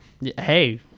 Hey